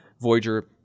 Voyager